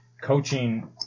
coaching